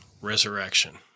resurrection